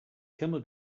camel